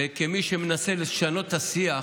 וכמי שמנסה לשנות את השיח,